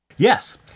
Yes